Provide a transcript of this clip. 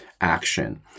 action